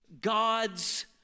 God's